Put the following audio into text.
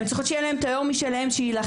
הן צריכות שיהיה להן את היו"ר שלהן שיילחם,